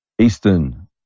eastern